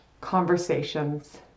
conversations